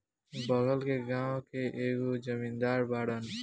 बगल के गाँव के एगो जमींदार बाड़न